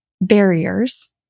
barriers